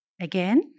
Again